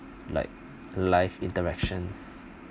like life interactions